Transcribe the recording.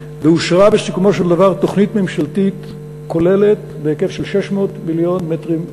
ובסיכומו של דבר אושרה תוכנית ממשלתית כוללת בהיקף של 600 מיליון מטרים,